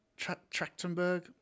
Trachtenberg